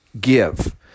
give